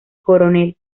coronel